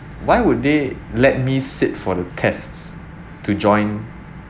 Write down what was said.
why would they let me sit for the tests to join